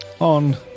on